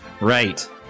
Right